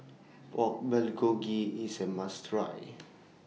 Pork Bulgogi IS A must Try